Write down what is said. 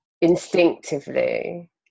instinctively